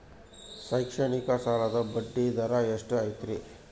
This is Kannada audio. ಶೈಕ್ಷಣಿಕ ಸಾಲದ ಬಡ್ಡಿ ದರ ಎಷ್ಟು ಐತ್ರಿ?